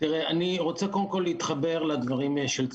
אני רוצה קודם כול להתחבר לדברים של צופית.